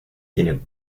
tiene